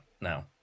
now